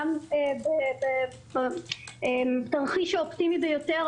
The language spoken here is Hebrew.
גם בתרחיש האופטימי ביותר,